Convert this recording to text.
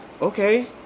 okay